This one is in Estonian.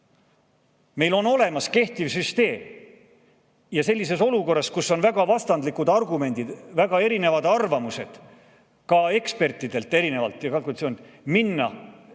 Meil on olemas kehtiv süsteem. Sellises olukorras, kus on väga vastandlikud argumendid, väga erinevad arvamused ka erinevatelt ekspertidelt